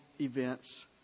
events